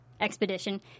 expedition